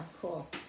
cool